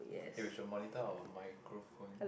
eh we should monitor our microphone